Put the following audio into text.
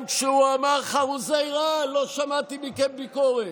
היית בנפטלין.